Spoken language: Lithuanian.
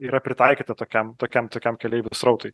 yra pritaikyta tokiam tokiam tokiam keleivių srautui